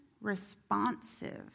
responsive